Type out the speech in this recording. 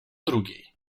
drugiej